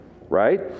right